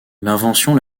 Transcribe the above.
l’invention